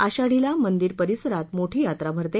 आषाढीला मंदिर परिसरात मोठी यात्रा भरते